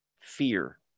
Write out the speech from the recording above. fear